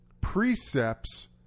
precepts